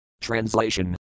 Translation